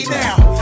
now